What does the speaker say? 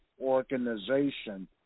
organization